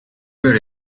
бээр